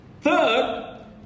Third